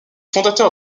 fondateurs